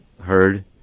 heard